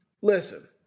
Listen